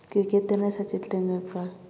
ꯀꯤꯔꯤꯀꯦꯠꯇꯅ Sachin Tendulkar